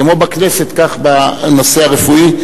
כמו בכנסת כך גם בנושא הרפואי.